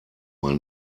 mal